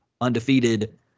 undefeated